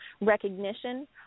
recognition